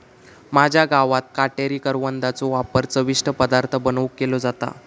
माझ्या गावात काटेरी करवंदाचो वापर चविष्ट पदार्थ बनवुक केलो जाता